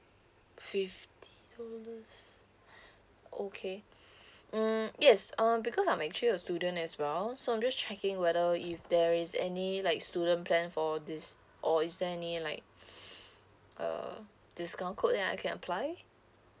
fifty dollars okay mm yes um because I'm actually a student as well so I'm just checking whether if there is any like student plan for this or is there any like uh discount code that I can apply